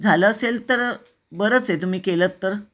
झालं असेल तर बरंच आहे तुम्ही केलंंत तर